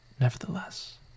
nevertheless